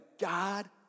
God